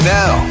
now